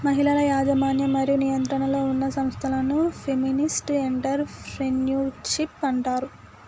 మహిళల యాజమాన్యం మరియు నియంత్రణలో ఉన్న సంస్థలను ఫెమినిస్ట్ ఎంటర్ ప్రెన్యూర్షిప్ అంటారు